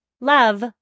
Love